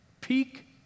peak